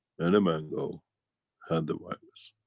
and the mango had the virus.